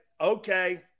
Okay